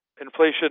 inflation